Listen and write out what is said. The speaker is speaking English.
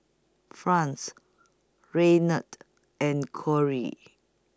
Franz Raynard and Corry